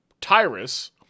Tyrus